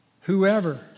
whoever